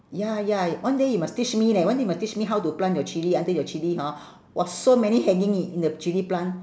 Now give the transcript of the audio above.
ya ya one day you must teach me leh one day must teach me how to plant your chilli until your chilli hor !wah! so many hanging in in the chilli plant